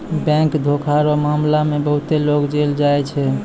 bank धोखा रो मामला मे बहुते लोग जेल जाय छै